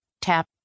Tap